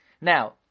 Now